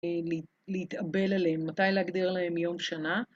להתאבל עליהם, מתי להגדיר להם יום שנה.